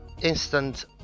instant